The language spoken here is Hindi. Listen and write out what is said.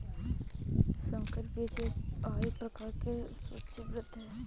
संकर बीज एफ.आई प्रकार में सूचीबद्ध है